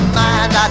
mind